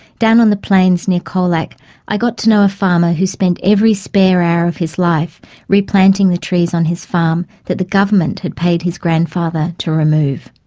down on the plains near colac i got to know a farmer who spent every spare hour of his life replanting the trees on his farm that the government had paid his grandfather to remove.